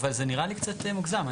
אבל זה נראה לי קצת מוגזם.